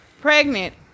Pregnant